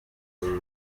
uru